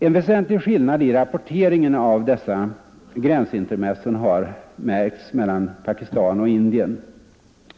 En väsentlig skillnad i rapporteringen av dessa gränsintermezzon har märkts mellan Pakistan och Indien.